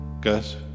Gus